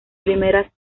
primeras